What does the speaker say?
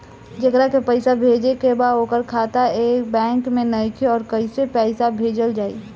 जेकरा के पैसा भेजे के बा ओकर खाता ए बैंक मे नईखे और कैसे पैसा भेजल जायी?